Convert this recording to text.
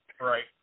Right